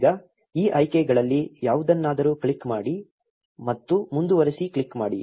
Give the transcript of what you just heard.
ಈಗ ಈ ಆಯ್ಕೆಗಳಲ್ಲಿ ಯಾವುದನ್ನಾದರೂ ಕ್ಲಿಕ್ ಮಾಡಿ ಮತ್ತು ಮುಂದುವರಿಸಿ ಕ್ಲಿಕ್ ಮಾಡಿ